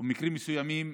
במקרים מסוימים,